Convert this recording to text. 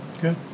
Good